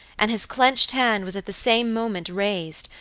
and his clenched hand was at the same moment raised,